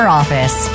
office